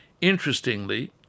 interestingly